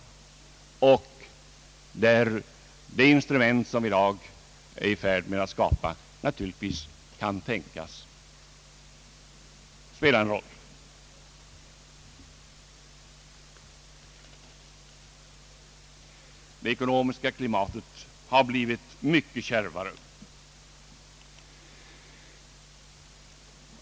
Det instrument som vi i dag är i färd med att skapa kan naturligtvis tänkas spela en roll i detta sammanhang. Det ekonomiska klimatet har blivit mycket kärvare.